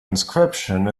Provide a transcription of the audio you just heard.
inscription